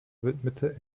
widmete